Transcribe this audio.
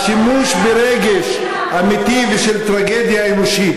השימוש ברגש אמיתי בשל טרגדיה אנושית